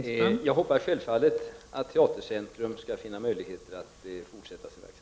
Fru talman! Jag hoppas självfallet att Teatercentrum skall finna möjlighet att fortsätta sin verksamhet.